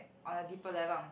on a deeper level ah